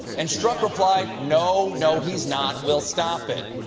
and strzok replied, no. no he's not. we'll stop it.